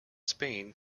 spain